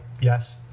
yes